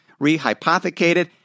rehypothecated